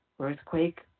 earthquake